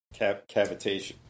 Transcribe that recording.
Cavitation